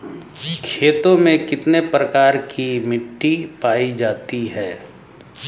खेतों में कितने प्रकार की मिटी पायी जाती हैं?